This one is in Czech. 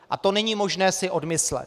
A to není možné si odmyslet.